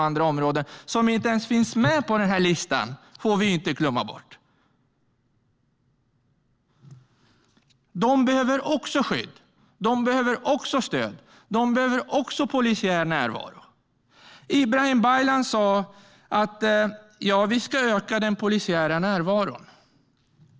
Dessa områden i Norrköping och på andra håll, som flera kollegor har besökt, får vi inte glömma bort. De behöver också skydd. De behöver också stöd. De behöver också polisiär närvaro. Ibrahim Baylan sa: Vi ska öka den polisiära närvaron.